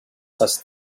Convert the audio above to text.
such